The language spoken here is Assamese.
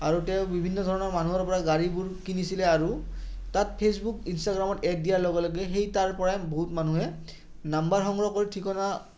আৰু তেওঁ বিভিন্ন ধৰণৰ মানুহৰ পৰা গাড়ীবোৰ কিনিছিলে আৰু তাত ফেচবুক ইনষ্টাগ্ৰামত এড দিয়াৰ লগে লগে সেই তাৰ পৰাই বহুত মানুহে নাম্বাৰ সংগ্ৰহ কৰি ঠিকনা